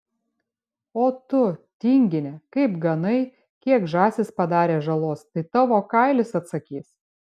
o tu tingine kaip ganai kiek žąsys padarė žalos tai tavo kailis atsakys